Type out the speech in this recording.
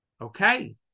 okay